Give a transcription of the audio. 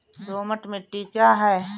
दोमट मिट्टी क्या है?